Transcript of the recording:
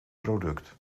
product